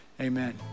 Amen